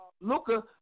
Luca